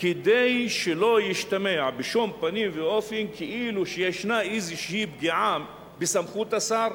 כדי שלא ישתמע בשום פנים ואופן כאילו יש איזו פגיעה בסמכות השר,